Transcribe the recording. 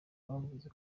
bavuze